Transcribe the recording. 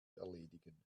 erledigen